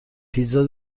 پیتزا